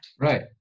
Right